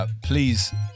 Please